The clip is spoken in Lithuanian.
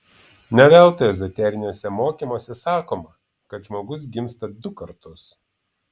ne veltui ezoteriniuose mokymuose sakoma kad žmogus gimsta du kartus